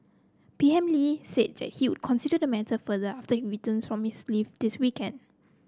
P M Lee said that he would consider the matter further after returns from his leave this weekend